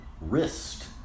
wrist